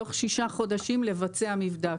בתוך ששה חודשים לבצע מבדק.